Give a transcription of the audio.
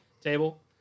table